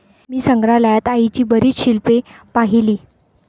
मी संग्रहालयात आईची बरीच शिल्पे पाहिली